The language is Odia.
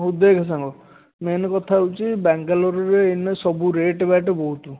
ହଉ ଦେଖ ସାଙ୍ଗ ମେନ୍ କଥା ହେଉଛି ବାଙ୍ଗାଲୋର୍ରେ ଏଇନା ସବୁ ରେଟ୍ ବାଟ୍ ବହୁତ